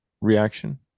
reaction